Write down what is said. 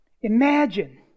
Imagine